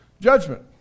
judgment